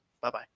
Bye-bye